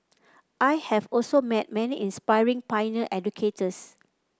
I have also met many inspiring pioneer educators